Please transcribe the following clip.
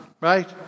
right